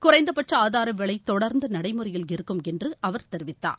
குறைந்தபட்ச ஆதார விலை தொடர்ந்து நடைமுறையில் இருக்கும் என்று அவர் தெரிவித்தார்